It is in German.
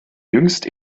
jüngst